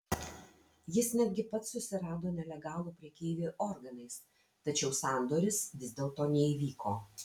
jis netgi pats susirado nelegalų prekeivį organais tačiau sandoris vis dėlto neįvyko